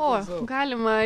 o galima